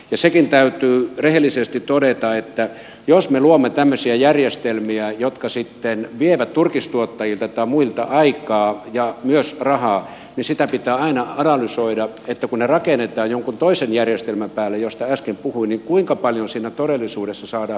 sekin täytyy rehellisesti todeta että jos me luomme tämmöisiä järjestelmiä jotka sitten vievät turkistuottajilta tai muilta aikaa ja myös rahaa niin sitä pitää aina analysoida kun ne rakennetaan jonkun toisen järjestelmän päälle mistä äsken puhuin kuinka paljon siinä todellisuudessa saadaan hyötyä